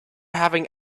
having